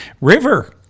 river